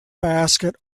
basket